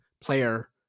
player